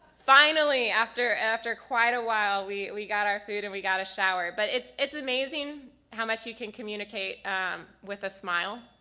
finally, after after quite a while we we got our food and we got a shower but it's it's amazing how much you can communicate with a smile,